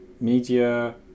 media